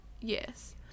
yes